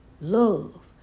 love